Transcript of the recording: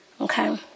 okay